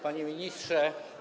Panie Ministrze!